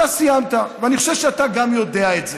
אתה סיימת, ואני חושב שאתה גם יודע את זה.